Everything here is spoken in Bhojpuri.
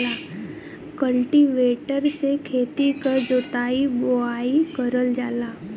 कल्टीवेटर से खेती क जोताई बोवाई करल जाला